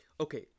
Okay